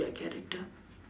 their character